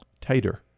Tighter